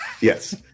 Yes